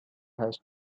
has